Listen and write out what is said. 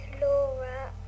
Laura